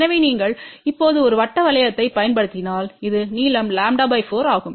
எனவே நீங்கள் இப்போது ஒரு வட்ட வளையத்தைப் பயன்படுத்தினால் இது நீளம்λ 4 ஆகும்